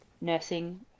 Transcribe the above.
nursing